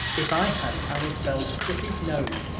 if i had alice bell's crooked nose,